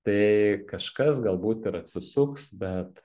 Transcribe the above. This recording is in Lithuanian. tai kažkas galbūt ir atsisuks bet